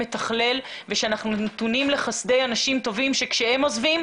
מתכלל ושאנחנו נתונים לחסדי אנשים טובים שכשהם עוזבים,